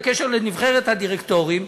בקשר לנבחרת הדירקטורים: